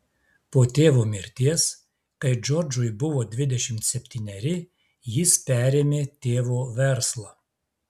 po tėvo mirties kai džordžui buvo dvidešimt septyneri jis perėmė tėvo verslą